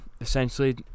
Essentially